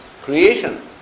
creation